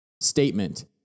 statement